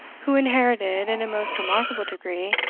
who inherited, in a most remarkable degree,